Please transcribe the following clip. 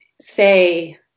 Say